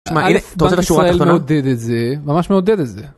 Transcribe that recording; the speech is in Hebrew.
שמע, אתה רוצה את שורה תחתונה? בנק ישראל מעודד את זה, ממש מעודד את זה.